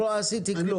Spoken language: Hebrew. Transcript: לא עשיתי כלום.